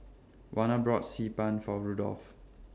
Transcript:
Warner bought Xi Ban For Rudolf